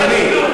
אין בושה.